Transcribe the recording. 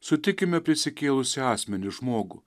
sutikime prisikėlusį asmenį žmogų